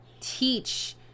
teach